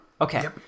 Okay